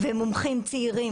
ומומחים צעירים,